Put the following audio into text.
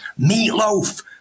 Meatloaf